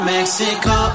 Mexico